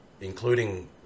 including